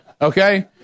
Okay